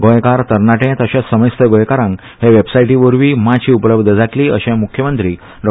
गोंयकार तरणाटे तशेंच समेस्त गोंयकारांक हे वॅबसायटी वरवीं माची उपलब्ध जातली अशें म्ख्यमंत्री डॉ